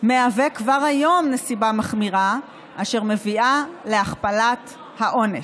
הוא כבר היום נסיבה מחמירה אשר מביאה להכפלת העונש.